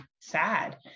sad